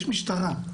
יש משטרה,